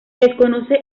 desconoce